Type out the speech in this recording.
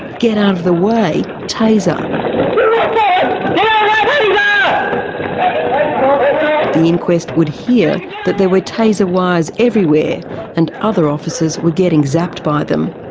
get out of the way! taser! and the inquest would hear that there were taser wires everywhere and other officers were getting zapped by them.